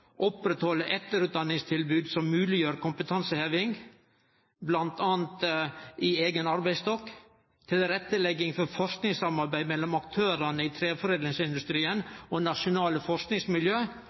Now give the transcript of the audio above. etterutdanningstilbod som mogleggjer kompetanseheving i eigen arbeidsstokk tilrettelegging for forskningssamarbeid mellom aktørane i treforedlingsindustrien